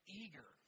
eager